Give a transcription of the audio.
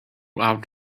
out